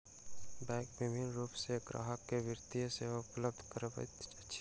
bank विभिन्न रूप सॅ ग्राहक के वित्तीय सेवा उपलब्ध करबैत अछि